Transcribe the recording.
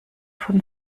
von